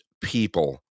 people